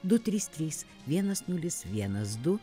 du trys trys vienas nulis vienas du